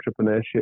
Entrepreneurship